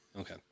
Okay